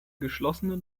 geschlossene